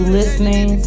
listening